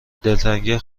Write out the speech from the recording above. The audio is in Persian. دلتنگی